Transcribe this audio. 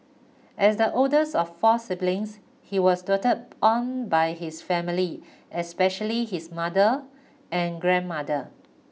as the oldest of four siblings he was doted on by his family especially his mother and grandmother